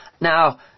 Now